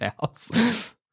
house